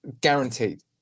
guaranteed